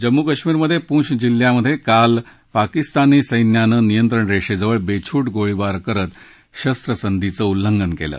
जम्मू कश्मीरमध्यिक्छ जिल्ह्यात काल पाकिस्तानी सैन्यानं नियंत्रण रक्तिविळ बरुटे गोळीबार करत शस्त्रसंधीचं उल्लंघन कलि